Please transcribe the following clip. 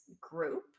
group